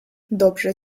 dobrze